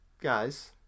guys